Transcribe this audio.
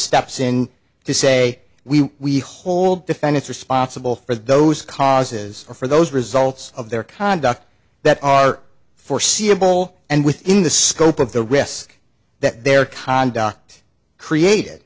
steps in to say we we hold defend it's responsible for those causes or for those results of their conduct that are foreseeable and within the scope of the risk that their conduct created